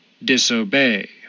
Disobey